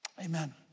Amen